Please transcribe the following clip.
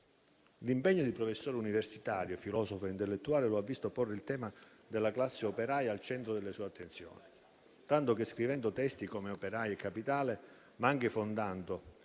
L'impegno di professore universitario, filosofo e intellettuale, lo ha visto porre il tema della classe operaia al centro delle sue attenzioni; tanto che, scrivendo testi come «Operai e capitale», ma anche fondando,